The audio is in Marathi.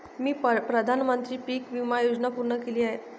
मी प्रधानमंत्री पीक विमा योजना पूर्ण केली आहे